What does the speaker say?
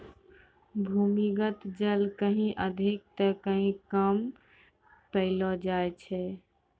भूमीगत जल कहीं अधिक त कहीं कम पैलो जाय छै